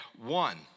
one